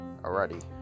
alrighty